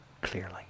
clearly